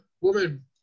woman